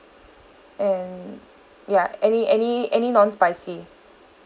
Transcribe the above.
and ya any any any non spicy